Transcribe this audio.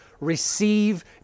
receive